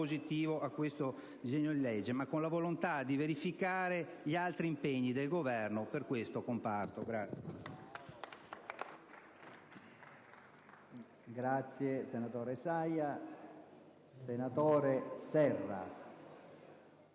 propositivo al disegno di legge in esame, ma con la volontà di verificare gli altri impegni del Governo per questo comparto.